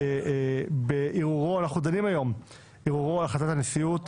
שבערעורו על החלטת הנשיאות